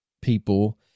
people